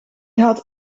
had